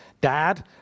Dad